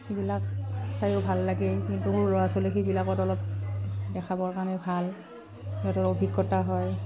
সেইবিলাক চাইও ভাল লাগে কিন্তু ল'ৰা ছোৱালী সেইবিলাকত অলপ দেখাবৰ কাৰণে ভাল সিহঁতৰ অভিজ্ঞতা হয়